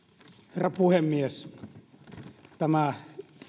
herra puhemies tämä